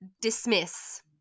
dismiss